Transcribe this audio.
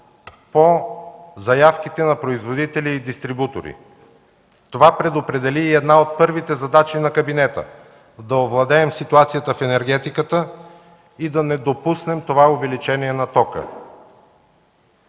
по заявките на производители и дистрибутори. Това предопредели една от първите задачи на кабинета – да овладеем ситуацията в енергетиката и да не допуснем това увеличение на тока.